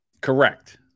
Correct